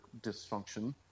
dysfunction